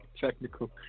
technical